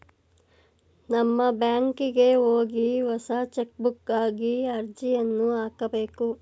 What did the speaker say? ನಮ್ಮ ಬ್ಯಾಂಕಿಗೆ ಹೋಗಿ ಹೊಸ ಚೆಕ್ಬುಕ್ಗಾಗಿ ಅರ್ಜಿಯನ್ನು ಹಾಕಬೇಕು